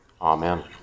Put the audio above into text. Amen